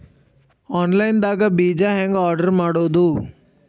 Online ದಾಗ ಬೇಜಾ ಹೆಂಗ್ ಆರ್ಡರ್ ಮಾಡೋದು?